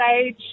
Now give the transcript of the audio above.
stage